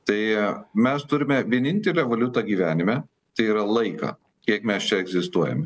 tai mes turime vienintelę valiutą gyvenime tai yra laiką kiek mes čia egzistuojam